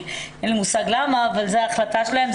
ואין לי מושג למה אבל זו ההחלטה שלהם,